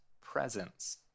presence